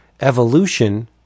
evolution